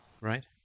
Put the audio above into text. Right